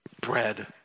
bread